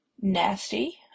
nasty